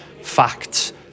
facts